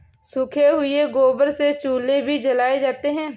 सूखे हुए गोबर से चूल्हे भी जलाए जाते हैं